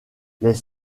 les